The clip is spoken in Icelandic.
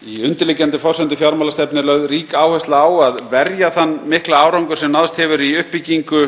Í undirliggjandi forsendum fjármálastefnu er lögð rík áhersla á að verja þann mikla árangur sem náðst hefur í uppbyggingu